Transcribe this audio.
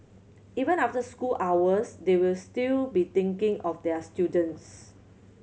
even after school hours they will still be thinking of their students